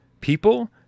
people